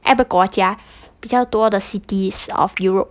eh 不国家比较多的 cities of europe